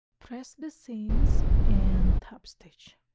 press the seams and top stitch